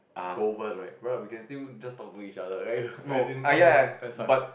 go first right well we can still just talk to each other right as in not even